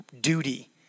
duty